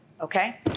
Okay